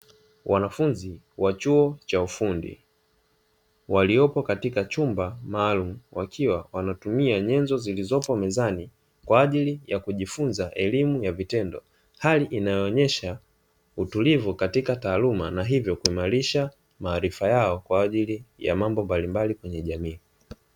Wanafunzi wa chuo cha ufundi, waliopo katika chumba maalumu. Wakiwa wanatumia nyenzo zilizopo mezani kwa ajili ya kujifunza elimu ya vitendo. Hali inayoonyesha utulivu katika taaluma, na hivyo kuimarisha maarifa yao kwa ajili ya mambo mbalimbali kwenye jamii.